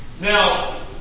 Now